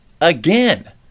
again